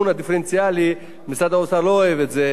אבל בפעם הראשונה הכנסנו את זה לתוך החוק,